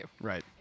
Right